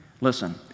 Listen